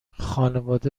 خانواده